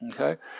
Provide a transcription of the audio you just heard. Okay